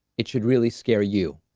it should really scare you.